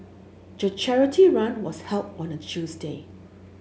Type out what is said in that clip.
the charity run was held on a Tuesday